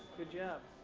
good job.